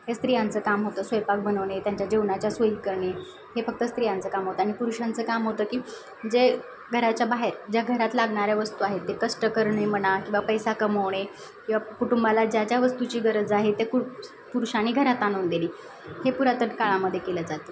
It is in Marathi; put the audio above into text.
हे स्त्रियांचं काम होतं स्वयंपाक बनवणे त्यांच्या जेवणाच्या सोई करणे हे फक्त स्त्रियांचं काम होतं आणि पुरुषांचं काम होतं की जे घराच्या बाहेर ज्या घरात लागणाऱ्या वस्तू आहेत ते कष्ट करणे म्हणा किंवा पैसा कमवणे किंवा कुटुंबाला ज्या ज्या वस्तूची गरज आहे त्या कु पुरुषांनी घरात आणून देणे हे पुरातन काळामध्ये केले जाते